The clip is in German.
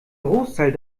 großteil